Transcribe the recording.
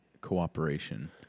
cooperation